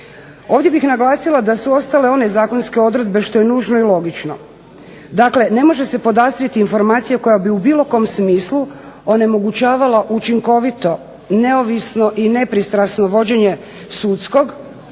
Ovdje bih naglasila da su ostale one zakonske odredbe što je nužno i logično. Dakle, ne može se podastrijeti informacija koja bi u bilo kom smislu onemogućavala učinkovito, neovisno i nepristrano vođenje sudskog,